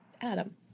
Adam